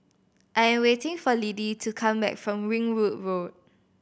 I'm waiting for Lidie to come back from Ringwood Road